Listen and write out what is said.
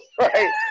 right